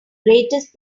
greatest